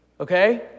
okay